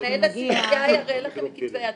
מנהל הספרייה יראה לכם את כתבי היד,